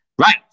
right